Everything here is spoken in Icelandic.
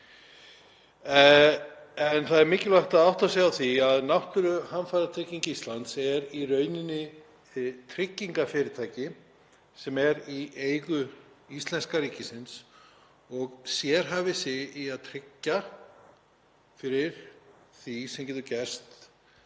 En það er mikilvægt að átta sig á því að Náttúruhamfaratrygging Íslands er í rauninni tryggingafyrirtæki sem er í eigu íslenska ríkisins og sérhæfir sig í að tryggja fyrir því sem getur gerst